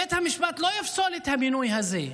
בית המשפט לא יפסול את המינוי הזה.